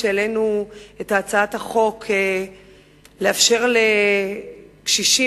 כשהעלינו את הצעת החוק לאפשר לקשישים